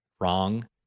wrong